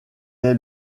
est